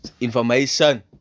Information